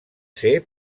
ser